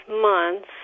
months